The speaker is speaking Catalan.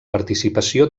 participació